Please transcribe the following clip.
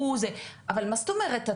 אבל מה זאת אומרת,